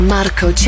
Marco